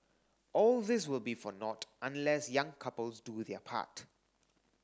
all this will be for naught unless young couples do their part